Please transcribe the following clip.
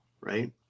right